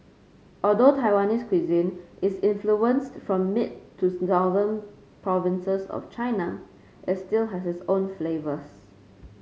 although Taiwanese cuisine is influenced from mid to southern provinces of China it still has its own flavours